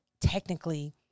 technically